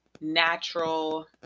natural